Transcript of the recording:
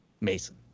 Mason